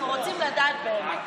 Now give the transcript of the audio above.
אנחנו רוצים לדעת באמת.